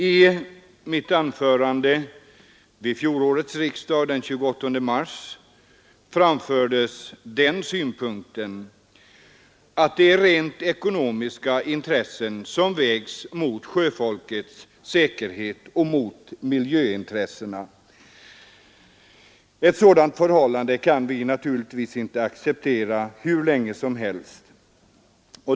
I mitt anförande den 28 mars vid fjolårets riksdag framförde jag den synpunkten att rent ekonomiska intressen vägs mot sjöfolkets säkerhet och miljöintressena. Ett sådant förhållande kan vi naturligtvis inte acceptera hur länge som helst.